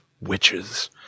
witches